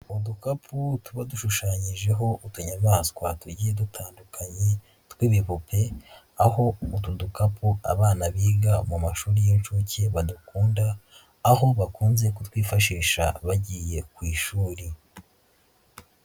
Udukapu tuba dushushanyijeho utunyamaswa tugiye dutandukanye tw'ibipupe, aho utu dukapu abana biga mu mashuri y'inshuke badakunda aho bakunze kutwifashisha bagiye ku ishuri.